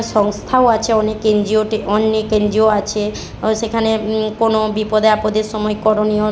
সংস্থাও আছে অনেক এনজিওটে অনেক এনজিও আছে সেখানে কোনো বিপদে আপদের সময় করণীয়